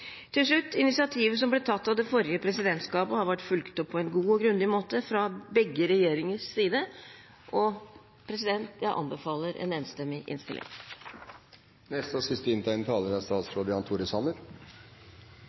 Til slutt: Initiativet som ble tatt av det forrige presidentskapet, har vært fulgt opp på en god og grundig måte fra begge regjeringers side, og jeg anbefaler en enstemmig innstilling. La meg først få takke for en god og grundig behandling i Stortinget. Det er